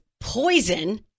poison